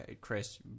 chris